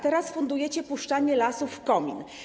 Teraz fundujecie puszczanie lasów w komin.